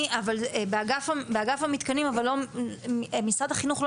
אבל באגף המתקנים אבל לא משרד החינוך לא